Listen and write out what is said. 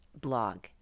blog